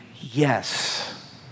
yes